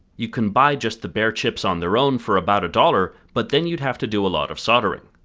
you can buy just the bare chips on their own for about a dollar but then you'd have to do a lot of soldering.